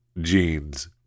jeans